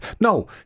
No